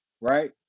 right